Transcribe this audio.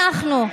אנחנו,